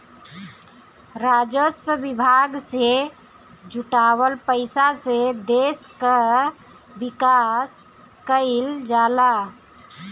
राजस्व विभाग से जुटावल पईसा से देस कअ विकास कईल जाला